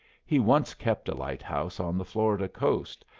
he once kept a lighthouse on the florida coast,